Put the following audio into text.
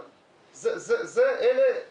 זה מה שרואים